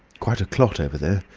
quite a clot over there.